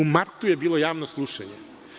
U martu je bilo javno slušanje.